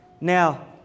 Now